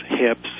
hips